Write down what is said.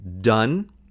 done